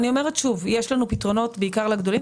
אני אומרת שוב, יש לנו פתרונות בעיקר לגדולים.